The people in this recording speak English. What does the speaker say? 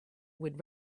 would